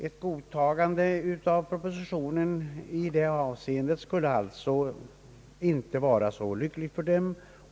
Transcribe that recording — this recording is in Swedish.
Ett godtagande av propositionen skulle således i det avseendet inte vara så lyckligt för dem.